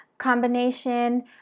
combination